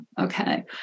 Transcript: Okay